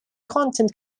content